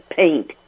paint